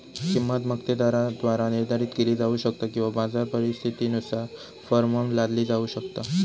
किंमत मक्तेदाराद्वारा निर्धारित केली जाऊ शकता किंवा बाजार परिस्थितीनुसार फर्मवर लादली जाऊ शकता